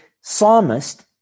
psalmist